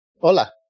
hola